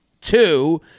two